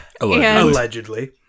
Allegedly